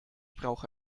brauche